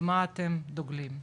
במה אתם דוגלים,